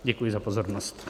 Děkuji za pozornost.